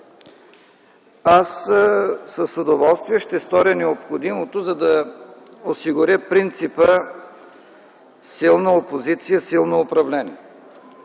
аз с удоволствие ще сторя необходимото, за да осигуря принципа „Силна опозиция – силно управление”.